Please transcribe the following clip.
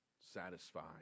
satisfied